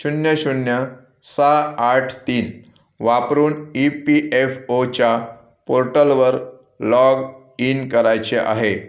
शून्य शून्य सहा आठ तीन वापरून ई पी एफ ओच्या पोर्टलवर लॉग इन करायचे आहे